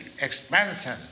expansion